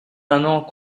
manants